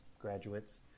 graduates